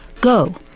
Go